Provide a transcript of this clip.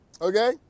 Okay